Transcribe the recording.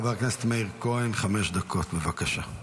חבר הכנסת מאיר כהן, חמש דקות, בבקשה.